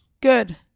Good